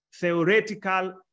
theoretical